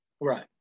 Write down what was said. right